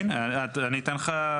אז הנה אני אתן לך,